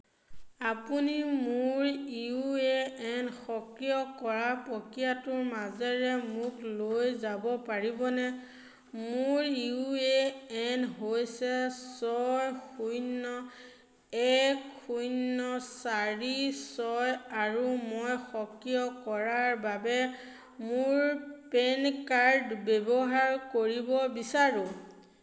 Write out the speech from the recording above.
আপুনি মোৰ U A N সক্ৰিয় কৰাৰ প্ৰক্ৰিয়াটোৰ মাজেৰে মোক লৈ যাব পাৰিবনে মোৰ ইউ এ এন হৈছে ছয় শূন্য এক শূন্য চাৰি ছয় আৰু মই সক্ৰিয় কৰাৰ বাবে মোৰ পেন কাৰ্ড ব্যৱহাৰ কৰিব বিচাৰোঁ